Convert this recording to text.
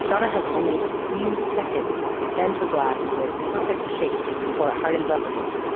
so and has only a few seconds to bend the glass into a perfect shape before it hardens up again,